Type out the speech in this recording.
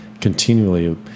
continually